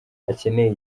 akeneye